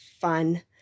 fun